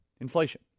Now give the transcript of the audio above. inflation